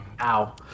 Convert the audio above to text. Ow